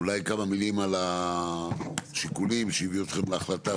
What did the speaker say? אולי כמה מילים על השיקולים שהביאו אתכם להחלטה,